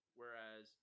whereas